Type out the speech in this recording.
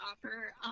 offer